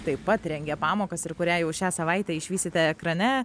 taip pat rengia pamokas ir kurią jau šią savaitę išvysite ekrane